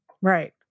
Right